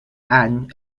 any